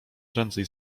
prędzej